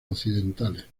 occidentales